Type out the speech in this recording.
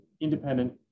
independent